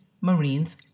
Marines